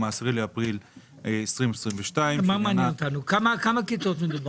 ה-10 באפריל 2022. בכמה כיתות מדובר?